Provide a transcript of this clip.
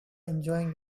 enjoying